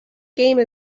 game